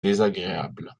désagréable